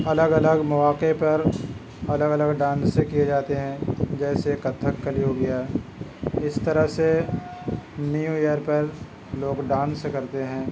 الگ الگ مواقع پر الگ الگ ڈانسں کئے جاتے ہیں جیسے کتھکلی ہو گیا اس طرح سے نیو ایئر پر لوگ ڈانس کرتے ہیں